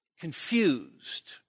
confused